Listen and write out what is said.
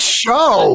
show